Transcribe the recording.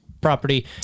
property